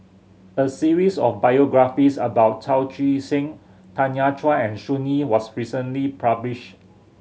a series of biographies about Chao Tzee Sing Tanya Chua and Sun Yee was recently published